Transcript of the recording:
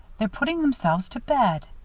they're putting themselves to bed.